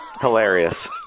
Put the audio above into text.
Hilarious